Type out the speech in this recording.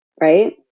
Right